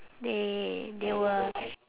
they they will